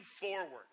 forward